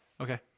Okay